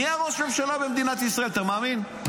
נהיה ראש ממשלה במדינת ישראל, אתה מאמין?